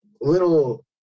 little